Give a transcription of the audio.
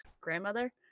grandmother